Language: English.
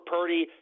Purdy